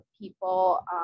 people